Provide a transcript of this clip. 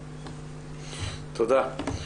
תודה.